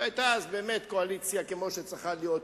שהיתה אז קואליציה כמו שצריכה להיות פה,